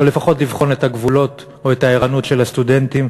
או לפחות לבחון את הגבולות או את הערנות של הסטודנטים,